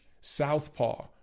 southpaw